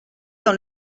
dans